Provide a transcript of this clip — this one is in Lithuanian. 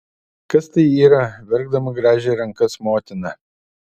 kas tai yra verkdama grąžė rankas motina